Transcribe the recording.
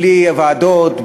בלי ועדות,